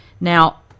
Now